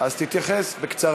אז תתייחס בקצרה,